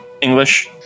English